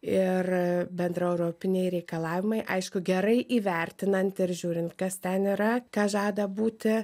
ir bendraeuropiniai reikalavimai aišku gerai įvertinant ir žiūrint kas ten yra kas žada būti